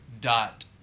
dot